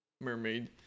mermaid